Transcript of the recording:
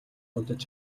унтаж